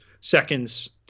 seconds